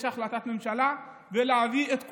יש החלטת ממשלה, ולהביא את כולם,